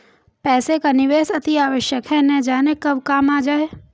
पैसे का निवेश अतिआवश्यक है, न जाने कब काम आ जाए